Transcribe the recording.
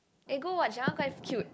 eh go watch that one quite cute